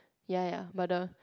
ya ya but the